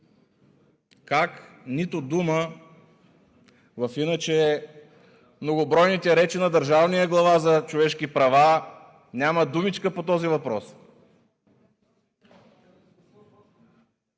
Как в иначе многобройните речи на държавния глава за човешки права няма думичка по този въпрос?